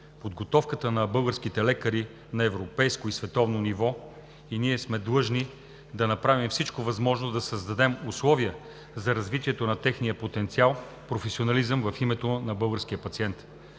Подготовката на българските лекари е на европейско и световно ниво и ние сме длъжни да направим всичко възможно да създадем условия за развитието на техния потенциал, професионализъм в името на българския пациент.